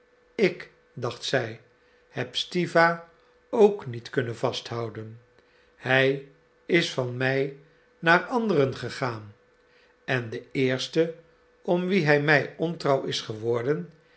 ik dacht zij heb stiwa ook niet kunnen vasthouden hij is van mij naar anderen gegaan en de eerste om wie hij mij ontrouw is geworden